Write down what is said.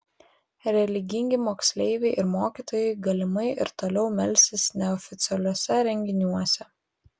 religingi moksleiviai ir mokytojai galimai ir toliau melsis neoficialiuose renginiuose